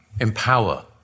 empower